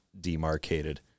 Demarcated